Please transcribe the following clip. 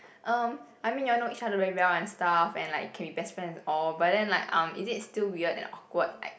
um I mean you all know each other very well and stuff and like can be best friends all but then like um is it still weird and awkward like